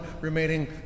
remaining